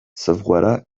softwarea